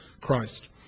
Christ